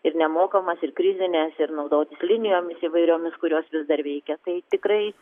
ir nemokamas ir krizines ir naudotis linijomis įvairiomis kurios vis dar veikia tai tikrai